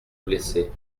blessés